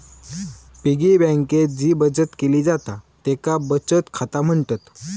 piggy बँकेत जी बचत केली जाता तेका बचत खाता म्हणतत